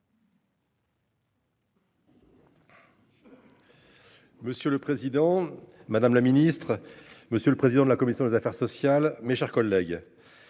Monsieur le président, madame la ministre, monsieur le président de la commission des affaires sociales, mes chers collègues.